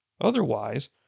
Otherwise